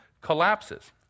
collapses